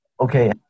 okay